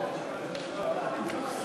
כל הכבוד, סחתיין.